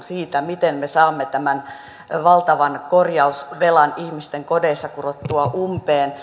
siitä miten me saamme tämän valtavan korjausvelan ihmisten kodeissa kurottua umpeen